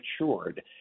matured